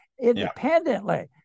independently